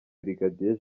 brigadier